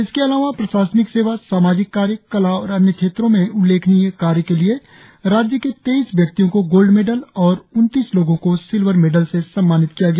इसके अलावा प्रशासनिक सेवा साजामिक कार्य कला और अन्य क्षेत्रों में उल्लेखनीय कार्य के लिए राज्य के तेईस व्यक्तियों को गोल्ड मेडल और उनतीस लोगों को सिल्वर मेडल से सम्मानित किया गया